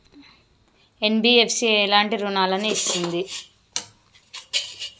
NBFC ఎటువంటి రుణాలను ఇస్తుంది?